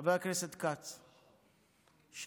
חבר הכנסת כץ, שניכם.